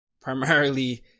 primarily